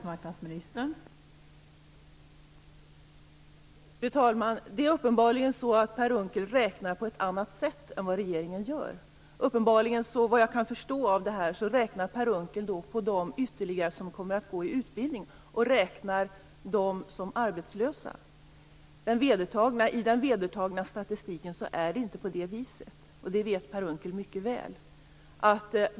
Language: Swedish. Fru talman! Uppenbarligen räknar Per Unckel på ett annat sätt än vad regeringen gör. Vad jag kan förstå räknar Per Unckel de ytterligare personer som kommer att gå i utbildning som arbetslösa. I den vedertagna statistiken är det inte på det viset. Det vet Per Unckel mycket väl.